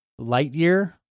Lightyear